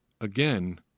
Again